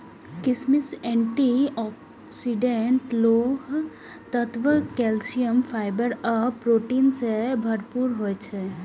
किशमिश antioxidant, लोह तत्व, कैल्सियम, फाइबर आ प्रोटीन सं भरपूर होइ छै